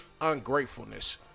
Ungratefulness